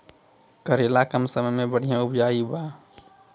करेला कम समय मे बढ़िया उपजाई बा?